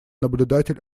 наблюдатель